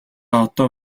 одоо